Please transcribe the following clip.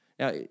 Now